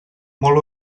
molt